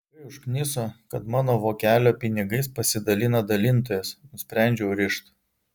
kai užkniso kad mano vokelio pinigais pasidalina dalintojas nusprendžiau rišt